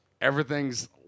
Everything's